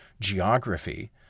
geography